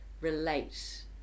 relate